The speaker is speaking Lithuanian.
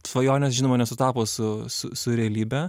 svajonės žinoma nesutapo su su su realybe